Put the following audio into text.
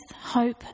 hope